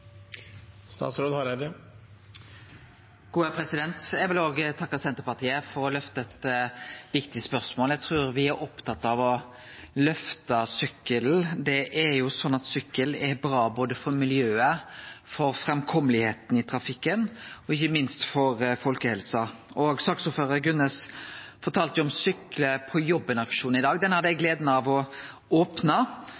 Eg vil òg takke Senterpartiet for å løfte eit viktig spørsmål. Eg trur me er opptatt av å løfte sykkel. Det er jo sånn at sykkel er bra både for miljøet, for framkomsten i trafikken og ikkje minst for folkehelsa. Saksordføraren, Jon Gunnes, fortalde om «Sykle til jobben»-aksjonen i dag. Den hadde eg